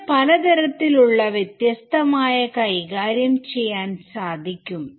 അതിന് പലതരത്തിൽ ഉള്ള വ്യത്യസ്തമായ കൈകാര്യം ചെയ്യാൻ സാധിക്കും